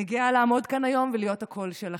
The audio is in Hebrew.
אני גאה לעמוד כאן היום ולהיות הקול שלכם.